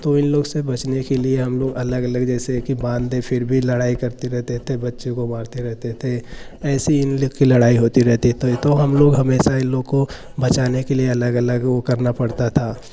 तो इन लोगों से बचने के लिए हम लोग अलग अलग जैसे कि बांध दे फ़िर भी लड़ाई करते रहते थे बच्चे को मारते रहते थे ऐसी इन लोगों की लड़ाई होती रहती है तो हम लोग हमेशा इन लोगों को बचाने के लिए अलग अलग वह करना पड़ता था